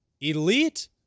elite